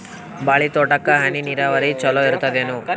ಬಾಳಿ ತೋಟಕ್ಕ ಹನಿ ನೀರಾವರಿ ಚಲೋ ಇರತದೇನು?